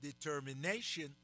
determination